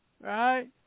Right